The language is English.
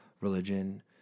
religion